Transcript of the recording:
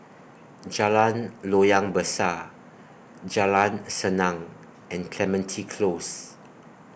Jalan Loyang Besar Jalan Senang and Clementi Close